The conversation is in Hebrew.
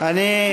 אני,